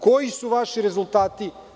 Koji su vaši rezultati?